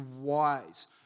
wise